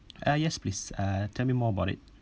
uh yes please uh tell me more about it